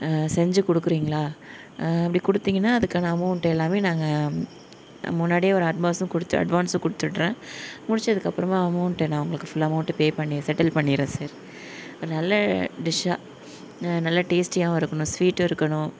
செஞ்சு கொடுக்குறீங்களா அப்படி கொடுத்தீங்கன்னா அதுக்கான அமௌண்ட் எல்லாமே நாங்கள் முன்னாடியே ஒரு அட்மாஸும் கொடுத்து அட்வான்ஸு கொடுத்துட்றேன் முடிச்சதுக்கு அப்புறமா அமௌண்டு நான் உங்களுக்கு ஃபுல் அமௌண்டு பே பண்ணி செட்டில் பண்ணிடறேன் சார் ஒரு நல்ல டிஷ்ஷாக நல்ல டேஸ்டியாகவும் இருக்கணும் ஸ்வீட்டும் இருக்கணும்